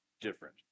different